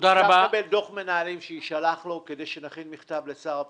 אפשר לקבל דוח שיישלח כדי שנכין מכתב לשר הפנים?